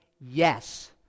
Yes